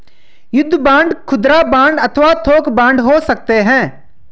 युद्ध बांड खुदरा बांड अथवा थोक बांड हो सकते हैं